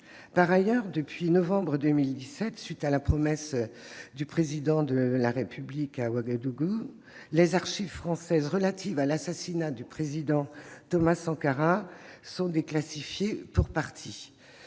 Par ailleurs, depuis novembre 2017, à la suite de la promesse faite par le Président de la République à Ouagadougou, les archives françaises relatives à l'assassinat du Président Thomas Sankara sont déclassifiées pour partie.